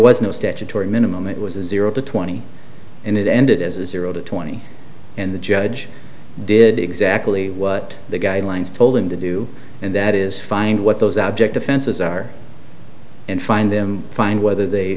was no statutory minimum it was a zero to twenty and it ended as a zero to twenty and the judge did exactly what the guidelines told him to do and that is find what those abject offenses are and find them find whether they